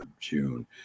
June